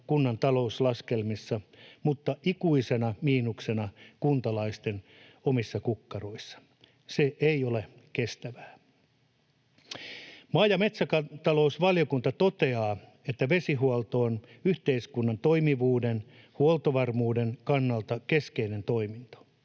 kunnan talouslaskelmissa mutta ikuisena miinuksena kuntalaisten omissa kukkaroissa. Se ei ole kestävää. Maa‑ ja metsätalousvaliokunta toteaa, että vesihuolto on yhteiskunnan toimivuuden, huoltovarmuuden kannalta keskeinen toiminto.